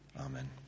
Amen